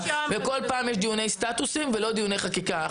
וכל פעם יש דיוני סטטוסים ולא דיוני חקיקה.